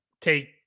take